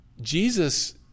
Jesus